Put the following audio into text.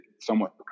somewhat